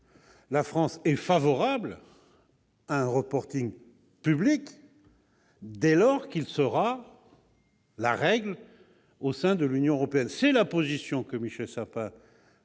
la France est favorable à un reporting public, dès lors qu'il sera la règle au sein de l'Union européenne. C'est la position que Michel Sapin